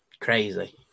crazy